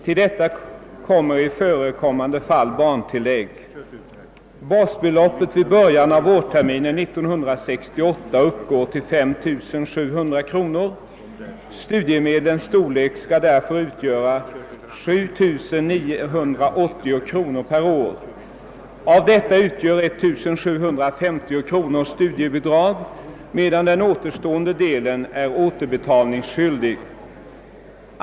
Till detta kommer i förekommande fall barntillägg. Basbeloppet vid början av vårterminen 1968 uppgår till 5700 kronor. Studiemedlens storlek skall därför utgöra 7980 kronor per år. Av detta utgör 1750 kronor studiebidrag, medan för den återstående delen föreligger återbetalningsskyldighet.